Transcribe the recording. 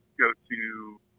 go-to